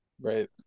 Right